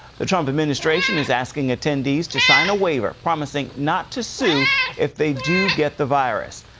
the trump administration is asking attendees to sign a waiver promising not to sue if they do get the virus,